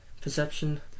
perception